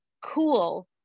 cool